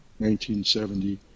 1970